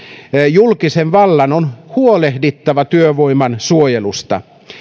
julkisen vallan on huolehdittava työvoiman suojelusta